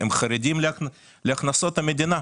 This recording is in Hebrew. הם חרדים להכנסות המדינה.